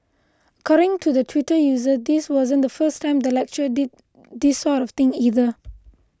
according to the Twitter user this wasn't the first time the lecturer did this sort of thing either